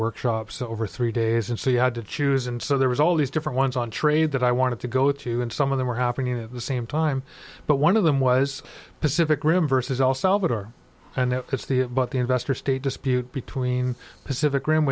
workshops over three days and so you had to choose and so there was all these different ones on trade that i wanted to go to and some of them were happening at the same time but one of them was pacific rim versus all salvator and it's the it but the investor state dispute between pacific r